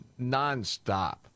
nonstop